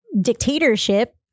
dictatorship